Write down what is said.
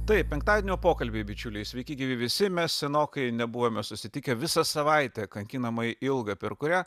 taip penktadienio pokalbiai bičiuliai sveiki gyvi visi mes senokai nebuvome susitikę visą savaitę kankinamai ilgą per kurią